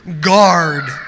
guard